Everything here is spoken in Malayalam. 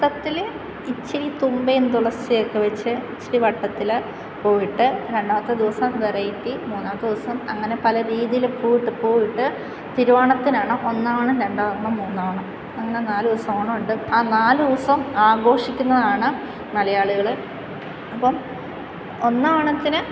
അത്തത്തില് ഇച്ചിരി തുമ്പയും തുളസിയും ഒക്കെ വെച്ച് ഇച്ചിരി വട്ടത്തിൽ പൂവിട്ട് രണ്ടാമത്തെ ദിവസം വെറൈറ്റി മൂന്നാമത്തെ ദിവസം അങ്ങനെ പല രീതിയിൽ പൂവിട്ട് പൂവിട്ട് തിരുവോണത്തിനാണ് ഒന്നാം ഓണം രണ്ടാം ഓണം മൂന്നാം ഓണം അങ്ങനെ നാലുദിവസം ഓണമിട്ട് ആ നാല് ദിവസവും ആഘോഷിക്കുന്നതാണ് മലയാളികൾ അപ്പം ഒന്നാം ഓണത്തിന്